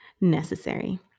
necessary